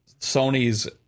Sony's